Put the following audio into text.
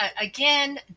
Again